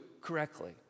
correctly